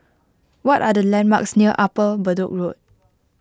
what are the landmarks near Upper Bedok Road